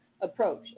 approach